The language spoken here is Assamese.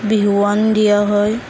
বিহুৱান দিয়া হয়